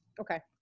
okay